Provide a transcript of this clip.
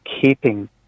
keeping